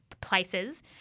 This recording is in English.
places